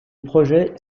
projet